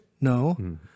No